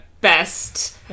best